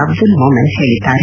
ಅಬ್ದುಲ್ ಮೊಮೆನ್ ಹೇಳಿದ್ದಾರೆ